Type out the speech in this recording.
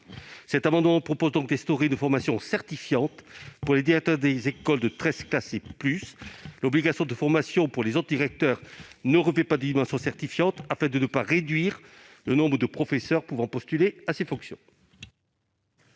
cet amendement a pour objet d'instaurer une formation certifiante pour les directeurs des écoles de treize classes et plus. En revanche, la formation des autres directeurs ne revêtirait pas de dimension certifiante afin de ne pas réduire le nombre de professeurs pouvant postuler à cette fonction.